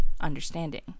understanding